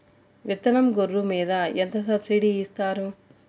విత్తనం గొర్రు మీద ఎంత సబ్సిడీ ఇస్తారు?